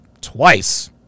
Twice